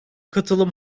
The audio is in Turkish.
katılım